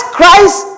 Christ